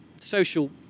social